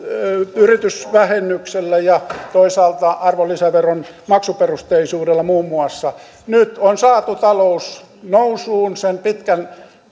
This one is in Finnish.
yritysvähennyksellä ja toisaalta arvonlisäveron maksuperusteisuudella muun muassa nyt on saatu talous nousuun sen pitkän